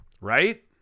Right